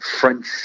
French